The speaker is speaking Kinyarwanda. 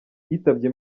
yitabye